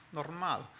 normal